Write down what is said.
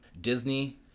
disney